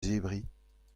zebriñ